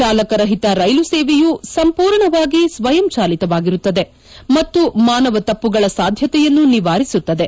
ಚಾಲಕರಹಿತ ರೈಲು ಸೇವೆಯು ಸಂಪೂರ್ಣವಾಗಿ ಸ್ವಯಂಚಾಲಿತವಾಗಿರುತ್ತದೆ ಮತ್ತು ಮಾನವ ತಮ್ನಗಳ ಸಾಧ್ಯತೆಯನ್ನು ನಿವಾರಿಸುತ್ತದೆ